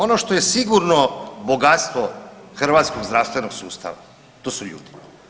Ono što je sigurno bogatstvo hrvatskog zdravstvenog sustava, to su ljudi.